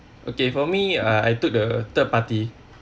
okay for me uh I took the third party